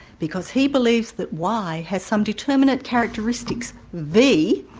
because he believes that y has some determinate characteristics, v,